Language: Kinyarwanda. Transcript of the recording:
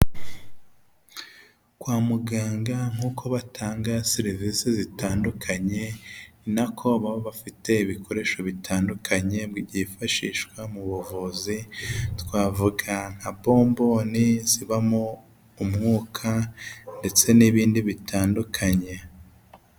Kwa muganga nk'uko batanga serivisi zitandukanye nako baba bafite ibikoresho bitandukanye byifashishwa mu buvuzi, twavuga nka bombone zibamo umwuka ndetse n'ibindi bitandukanye.